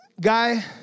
guy